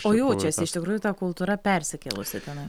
o jaučiasi iš tikrųjų ta kultūra persikėlusi tenai